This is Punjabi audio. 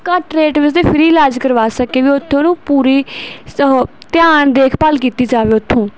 ਘੱਟ ਰੇਟ ਵਿੱਚ ਦੀ ਫਰੀ ਇਲਾਜ ਕਰਵਾ ਸਕੇ ਵੀ ਉੱਥੇ ਉਹਨੂੰ ਪੂਰੀ ਸ ਉਹ ਧਿਆਨ ਦੇਖਭਾਲ ਕੀਤੀ ਜਾਵੇ ਉੱਥੋਂ